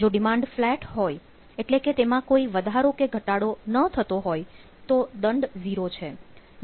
જો demand flat હોય એટલે કે તેમાં કોઈ વધારો કે ઘટાડો ન થતો હોય તો દંડ 0 છે